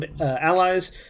allies